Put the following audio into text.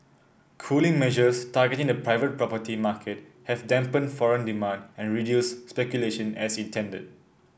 cooling measures targeting the private property market have dampened foreign demand and reduced speculation as intended